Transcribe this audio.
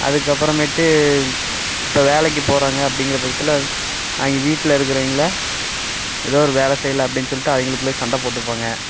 அதுக்கப்பறமேட்டு இப்போ வேலைக்கு போகிறாங்க அப்படிங்குற பட்சத்தில் அவங்க வீட்டில் இருக்குறவங்கள எதோ ஒரு வேலை செய்யல அப்டினு சொல்லிட்டு அவங்களுக்குள்ள சண்டை போட்டுப்பாங்க